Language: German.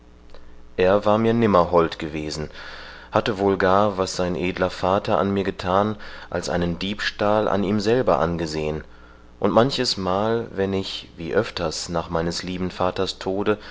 er war mir nimmer hold gewesen hatte wohl gar was sein edler vater an mir gethan als einen diebstahl an ihm selber angesehen und manches mal wenn ich wie öfters nach meines lieben vaters tode